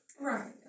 Right